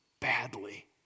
badly